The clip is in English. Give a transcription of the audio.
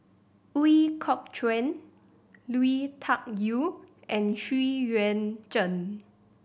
Ooi Kok Chuen Lui Tuck Yew and Xu Yuan Zhen